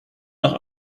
noch